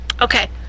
okay